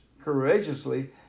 courageously